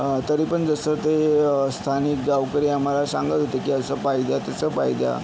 तरीपण जसं ते स्थानिक गावकरी आम्हाला सांगत होते की असं पाय द्या तसं पाय द्या